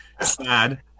sad